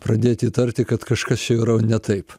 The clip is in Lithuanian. pradėti įtarti kad kažkas čia jau yra ne taip